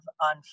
on